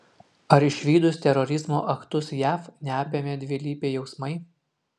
ar išvydus terorizmo aktus jav neapėmė dvilypiai jausmai